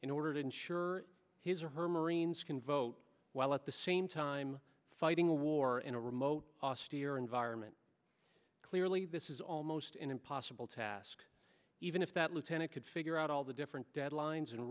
in order to ensure his or her marines can vote while at the same time fighting a war in a remote austere environment clearly this is almost an impossible task even if that lieutenant could figure out all the different deadlines and